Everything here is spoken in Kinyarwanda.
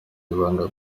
ibanga